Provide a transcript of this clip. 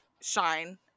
shine